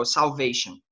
salvation